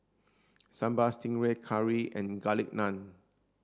sambal stingray curry and garlic naan